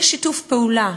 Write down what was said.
יש שיתוף פעולה.